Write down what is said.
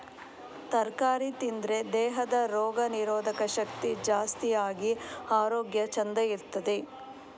ತರಕಾರಿ ತಿಂದ್ರೆ ದೇಹದ ರೋಗ ನಿರೋಧಕ ಶಕ್ತಿ ಜಾಸ್ತಿ ಆಗಿ ಆರೋಗ್ಯ ಚಂದ ಇರ್ತದೆ